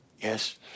Yes